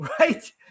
Right